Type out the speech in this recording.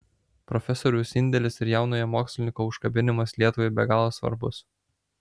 profesoriaus indelis ir jaunojo mokslininko užkabinimas lietuvai be galo svarbus